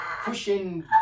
pushing